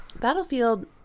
Battlefield